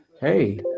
Hey